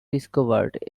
discovered